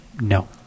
no